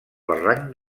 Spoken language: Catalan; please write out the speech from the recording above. barranc